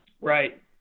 right